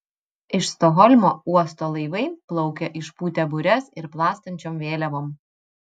iš stokholmo uosto laivai plaukia išpūtę bures ir plastančiom vėliavom